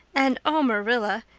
and oh, marilla,